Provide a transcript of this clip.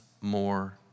more